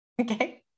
Okay